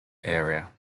area